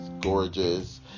gorgeous